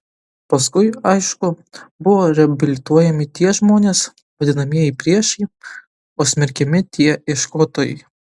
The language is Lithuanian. paskui aišku buvo reabilituojami tie žmonės vadinamieji priešai o smerkiami tie ieškotojai